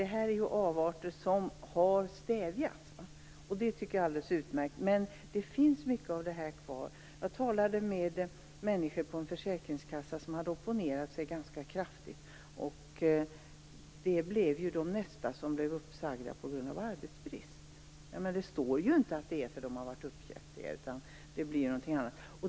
Det här är avarter som har stävjats, och det tycker jag är alldeles utmärkt, men mycket av det här finns kvar. Jag talade med människor på en försäkringskassa som hade opponerat sig ganska kraftigt. De blev de nästa som blev uppsagda på grund av arbetsbrist. Det står ju inte att det är för att de har varit uppkäftiga, utan det står något annat.